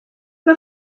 mae